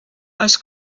als